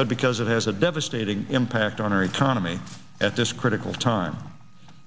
but because it has a devastating impact on our economy at this critical time